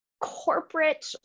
corporate